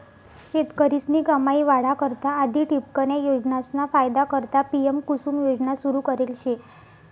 शेतकरीस्नी कमाई वाढा करता आधी ठिबकन्या योजनासना फायदा करता पी.एम.कुसुम योजना सुरू करेल शे